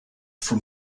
from